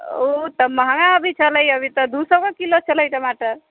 ओ तऽ महँगा अभी छलै अभी तऽ दू सएके किलो छलै टमाटर